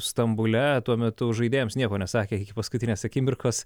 stambule tuo metu žaidėjams nieko nesakė iki paskutinės akimirkos